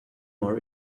more